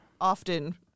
often